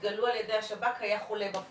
שהתגלו על ידי השב"כ היה חולה.